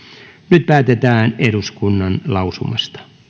nyt päätetään eduskunnan lausumasta